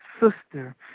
sister